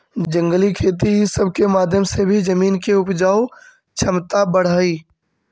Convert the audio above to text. जंगली खेती ई सब के माध्यम से भी जमीन के उपजाऊ छमता बढ़ हई